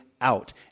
out